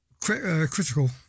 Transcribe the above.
critical